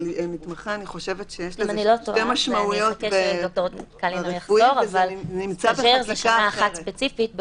אבל אני חושבת שלמתמחה יש שתי משמעויות ברפואי וזה נמצא בחקיקה אחרת.